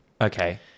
Okay